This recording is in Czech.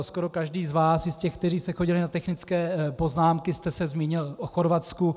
Skoro každý z vás, i z těch, kteří jste chodili na technické poznámky, jste se zmínil o Chorvatsku.